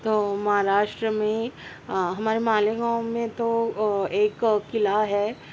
تو مہاراشٹر میں ہمارے مالیگاؤں میں تو تو ایک قلعہ ہے